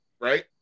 right